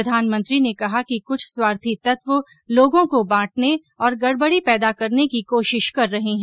प्रधानमंत्री ने कहा है कि कुछ स्वार्थी तत्व लोगों को बांटने और गड़बड़ी पैदा करने की कोशिश कर रहे हैं